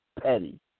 petty